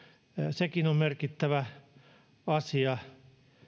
sekin on merkittävä asia